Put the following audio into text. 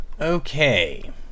Okay